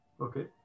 Okay